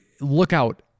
lookout